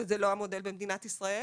שזה לא המודל במדינת ישראל,